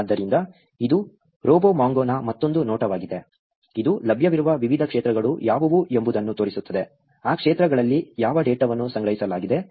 ಆದ್ದರಿಂದ ಇದು RoboMongo ನ ಮತ್ತೊಂದು ನೋಟವಾಗಿದೆ ಇದು ಲಭ್ಯವಿರುವ ವಿವಿಧ ಕ್ಷೇತ್ರಗಳು ಯಾವುವು ಎಂಬುದನ್ನು ತೋರಿಸುತ್ತದೆ ಆ ಕ್ಷೇತ್ರಗಳಲ್ಲಿ ಯಾವ ಡೇಟಾವನ್ನು ಸಂಗ್ರಹಿಸಲಾಗಿದೆ